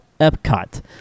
Epcot